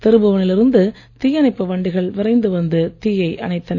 திருபுவனையில் இருந்து தீயணைப்பு வண்டிகள் விரைந்து வந்து தீயை அணைத்தனர்